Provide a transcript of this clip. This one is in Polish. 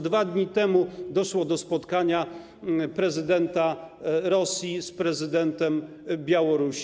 2 dni temu doszło do spotkania prezydenta Rosji z prezydentem Białorusi.